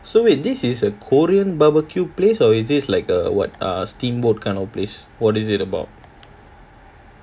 so wait this is a korean barbecue place or is this like a what uh steamboat kind of place what is it about